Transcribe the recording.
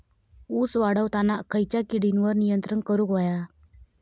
ऊस वाढताना खयच्या किडींवर नियंत्रण करुक व्हया?